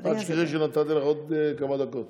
אל תשכחי שנתתי לך עוד כמה דקות.